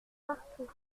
partout